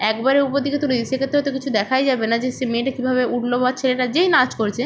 একবারে উপর দিকে তুলি সেক্ষেত্রে হয়তো কিছু দেখাই যাবে না যে সে মেয়েটা কীভাবে উঠল বা ছেলেটা যেই নাচ করছে